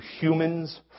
humans